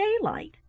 daylight